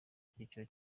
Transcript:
cyiciro